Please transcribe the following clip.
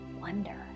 wonder